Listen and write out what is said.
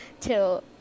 till